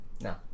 No